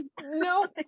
no